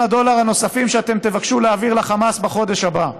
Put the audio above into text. הדולר הנוספים שאתם תבקשו להעביר לחמאס בחודש הבא.